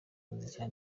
muziki